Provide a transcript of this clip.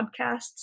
podcasts